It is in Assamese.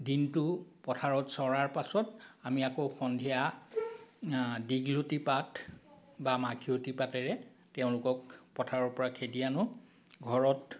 দিনটো পথাৰত চৰাৰ পাছত আমি আকৌ সন্ধিয়া দীঘলতি পাত বা মাখিয়তি পাতেৰে তেওঁলোকক পথাৰৰ পৰা খেদি আনো ঘৰত